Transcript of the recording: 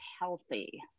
healthy